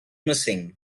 missing